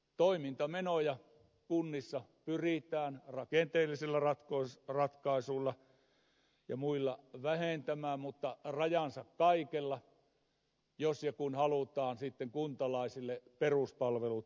toimintamenoja kunnissa pyritään rakenteellisilla ratkaisuilla ja muilla vähentämään mutta rajansa kaikella jos ja kun halutaan sitten kuntalaisille peruspalvelut turvata